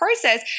process